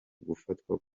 gufatwa